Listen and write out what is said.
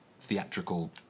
theatrical